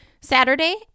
Saturday